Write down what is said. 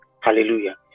Hallelujah